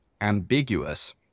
ambiguous